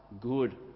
good